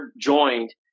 joined